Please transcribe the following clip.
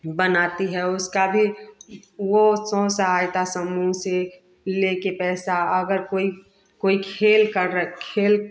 बनाती है उसका भी वह सहायता समूह से लेकर पैसा अगर कोई कोई खेल कर रही खेल